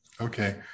Okay